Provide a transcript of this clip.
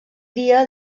dia